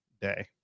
day